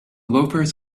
loafers